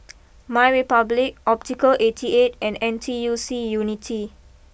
my Republic Optical eighty eight and N T U C Unity